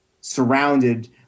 surrounded